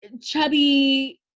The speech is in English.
chubby